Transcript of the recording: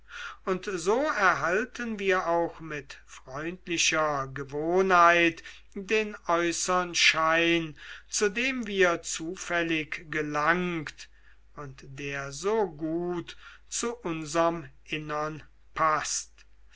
und so erhalten wir auch mit freundlicher gewohnheit den äußern schein zu dem wir zufällig gelangt und der so gut zu unserm innern paßt